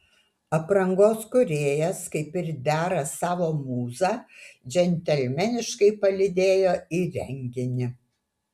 aprangos kūrėjas kaip ir dera savo mūzą džentelmeniškai palydėjo į renginį